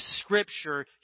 scripture